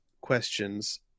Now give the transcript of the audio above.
questions